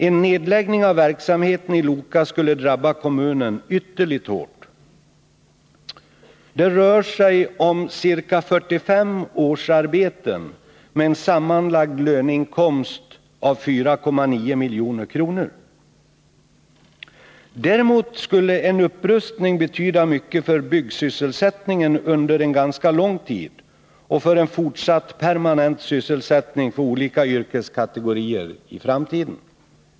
En nedläggning av verksamheten i Loka skulle drabba kommunen ytterligt hårt. Det rör sig om ca 45 årsarbeten med en sammanlagd löneinkomst av 4,9 milj.kr. Däremot skulle en upprustning betyda mycket för byggsysselsättningen under en ganska lång tid och för en fortsatt permanent sysselsättning för olika yrkeskategorier i framtiden.